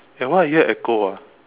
eh why I hear echo ah